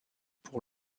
pour